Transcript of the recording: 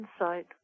insight